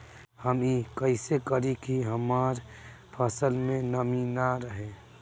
हम ई कइसे करी की हमार फसल में नमी ना रहे?